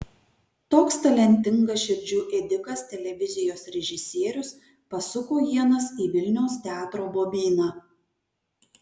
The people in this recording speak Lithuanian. toks talentingas širdžių ėdikas televizijos režisierius pasuko ienas į vilniaus teatro bobyną